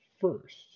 first